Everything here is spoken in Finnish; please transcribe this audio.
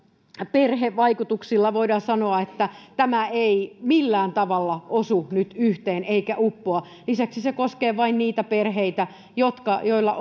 perhevaikutuksilla voidaan sanoa tämä ei millään tavalla osu nyt yhteen eikä uppoa lisäksi se koskee vain niitä perheitä joilla